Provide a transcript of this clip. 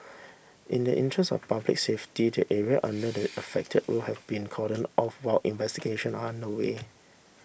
in the interest of public safety the area under the affected roof has been cordoned off while investigation are underway